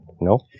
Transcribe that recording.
no